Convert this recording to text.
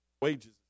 Wages